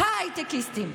ה-הייטקיסטים,